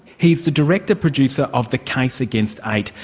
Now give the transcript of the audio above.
he is the director producer of the case against eight,